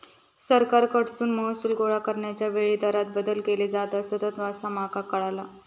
सरकारकडसून महसूल गोळा करण्याच्या वेळी दरांत बदल केले जात असतंत, असा माका कळाला